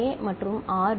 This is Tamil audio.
ஏ மற்றும் ஆர்